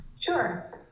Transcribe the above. Sure